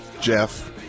Jeff